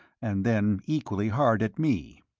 and then equally hard at me.